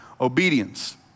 obedience